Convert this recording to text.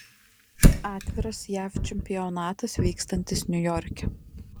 atviras jav čempionatas vykstantis niujorke